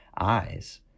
eyes